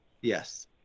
Yes